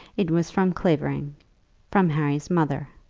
it was from clavering from harry's mother.